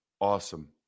Awesome